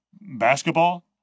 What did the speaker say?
basketball